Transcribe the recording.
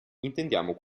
intendiamo